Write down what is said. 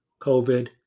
COVID